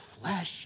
flesh